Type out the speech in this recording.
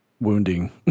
wounding